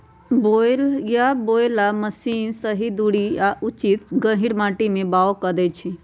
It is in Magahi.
बीया बोय बला मशीन सही दूरी आ उचित गहीर माटी में बाओ कऽ देए छै